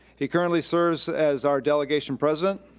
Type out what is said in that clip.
he currently serves as our delegation president.